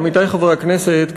עמיתי חברי הכנסת,